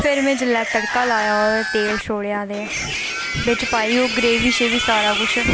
फिर में जेल्लै तड़का लाया तेल छोड़ेआ ते बिच पाई ग्रेवी सारा किश